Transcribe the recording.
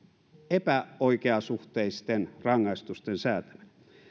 epäoikeasuhteisten rangaistusten säätämisen